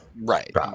right